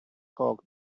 caught